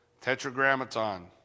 Tetragrammaton